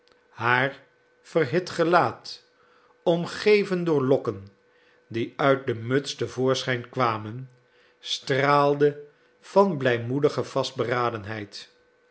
haar verhit gelaat omgeven door lokken die uit de muts te voorschijn kwamen straalde van blijmoedige vastberadenheid